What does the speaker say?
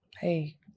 Hey